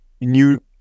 new